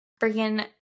freaking